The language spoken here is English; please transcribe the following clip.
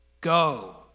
Go